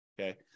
Okay